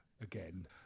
again